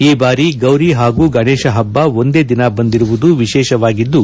ಈ ಬಾರಿ ಗೌರಿ ಹಾಗೂ ಗಣೇಶ ಹಬ್ಬ ಒಂದೇ ದಿನ ಬಂದಿರುವುದು ವಿಶೇಷವಾಗಿದ್ದು